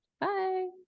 Bye